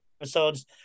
episodes